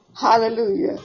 Hallelujah